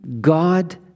God